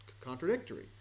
contradictory